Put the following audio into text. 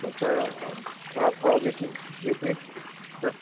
तो सर और थोड़ा थोड़ा जैसे जैसे सर